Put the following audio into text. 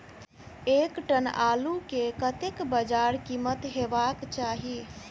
एक टन आलु केँ कतेक बजार कीमत हेबाक चाहि?